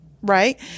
right